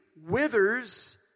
withers